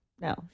no